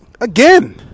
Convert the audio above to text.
again